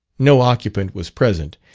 no occupant was present,